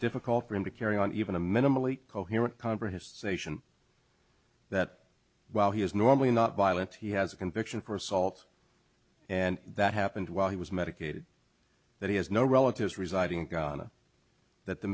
difficult for him to carry on even a minimally coherent conversation that while he is normally not violent he has a conviction for assault and that happened while he was medicated that he has no relatives residing